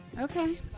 Okay